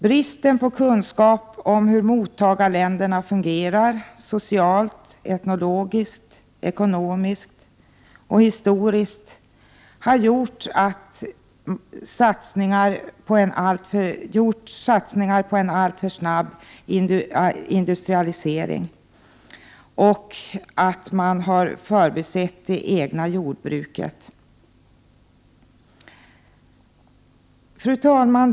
Bristen på kunskap om hur mottagarländerna fungerar socialt, etnologiskt, ekonomiskt och historiskt har gjort att man satsat på en alltför snabb industrialisering och förbisett det egna jordbruket. Fru talman!